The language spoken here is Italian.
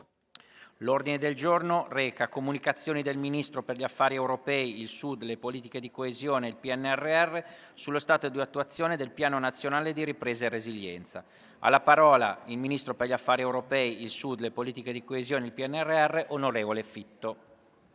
L'ordine del giorno reca: «Comunicazioni del Ministro per gli affari europei, il Sud, le politiche di coesione e il PNRR sullo stato di attuazione del Piano nazionale di ripresa e resilienza». Ha facoltà di parlare il ministro per gli affari europei, il Sud, le politiche di coesione e il PNRR, onorevole Fitto.